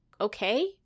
okay